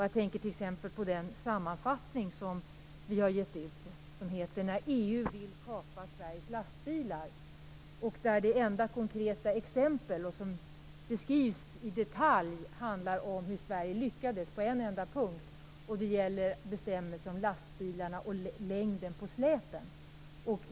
Jag tänker t.ex. på den sammanfattning som vi har gett ut och som heter När EU vill kapa Sveriges lastbilar. Det enda konkreta exempel som beskrivs i detalj handlar om hur Sverige lyckades på en enda punkt, och det gäller bestämmelser om lastbilarna och längden på släpen.